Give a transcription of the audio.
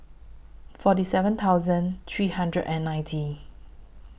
forty seven thousand three hundred and ninety